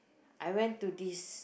I went to this